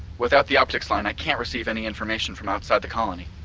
without the optics line, i can't receive any information from outside the colony